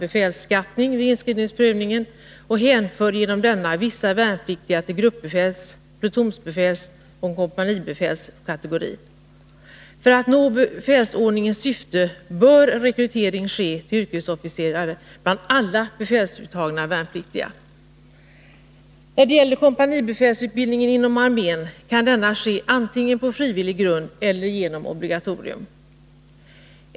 befälsskattning vid inskrivningsprövningen och hänför genom denna vissa värnpliktiga till gruppbefäls-, plutonsbefälseller kompanibefälskategori. För att nå befälsordningens syfte bör rekrytering till yrkesofficer ske bland alla befälsuttagna värnpliktiga. Kompanibefälsutbildningen inom armén kan genomgås antingen frivilligt eller som obligatorium.